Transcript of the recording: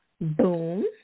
Boom